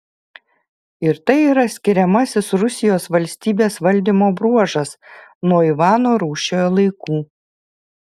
ir tai yra skiriamasis rusijos valstybės valdymo bruožas nuo ivano rūsčiojo laikų